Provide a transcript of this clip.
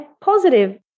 positive